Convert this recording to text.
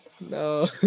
No